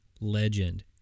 Legend